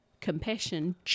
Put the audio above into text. Compassion